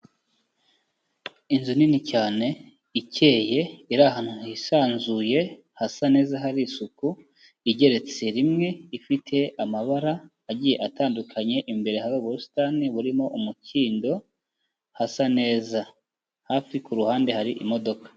Inzu nini cyane ikeye iri ahantu hisanzuye hasa neza hari isuku, igeretse rimwe, ifite amabara agiye atandukanye, imbere hari ubusitani burimo umukindo, hasa neza, hafi ku ruhande hari imodoka.